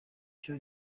icyo